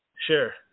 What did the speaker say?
Sure